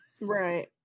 Right